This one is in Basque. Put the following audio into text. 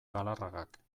galarragak